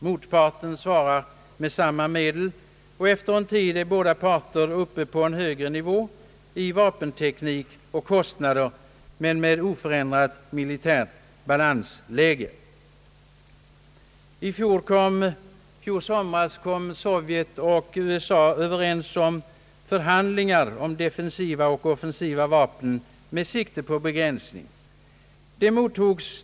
Motparten svarar med samma medel, och efter någon tid är båda parter uppe på högre nivå i fråga om vapenteknik och kostnader men med oförändrat militärt balansläge. I fjol somras kom Sovjet och USA överens om att uppta förhandlingar om defensiva och offensiva vapen med sikte på begränsning.